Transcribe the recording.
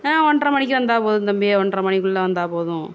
ஒன்றரை மணிக்கு வந்தால் போதும் தம்பி ஒன்றரை மணிக்குள்ளே வந்தால் போதும்